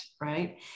Right